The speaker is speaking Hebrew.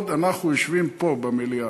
בעוד אנחנו יושבים פה במליאה.